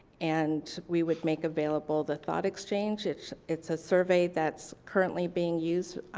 and we would make available the thought exchange. it's it's a survey that's currently being used,